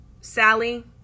Sally